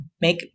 make